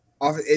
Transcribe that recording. Off